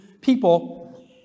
people